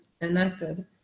enacted